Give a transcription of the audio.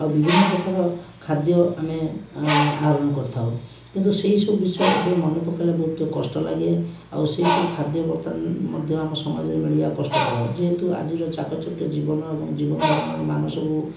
ଆଉ ବିଭିନ୍ନ ପ୍ରକାର ଖାଦ୍ୟ ଆମେ ଆହରଣ କରିଥାଉ କିନ୍ତୁ ସେଇସବୁ ବିଷୟ ଏବେ ମନେ ପକେଇଲେ ବହୁତ ଟିକିଏ କଷ୍ଟ ଲାଗେ ଆଉ ସେଇ ସବୁ ଖାଦ୍ୟ ବର୍ତ୍ତମାନ ମଧ୍ୟ ଆମ ସମାଜରେ ମିଳିବା କଷ୍ଟକର ଯେହେତୁ ଆଜିର ଚାକଚକୀୟ ଜୀବନ ଏବଂ ଜୀବନଧାରଣର ମାନ ସବୁ